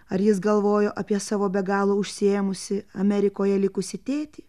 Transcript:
ar jis galvojo apie savo be galo užsiėmusį amerikoje likusį tėtį